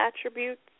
attributes